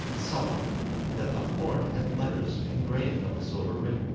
and saw that the horn had letters engraved on the silver rim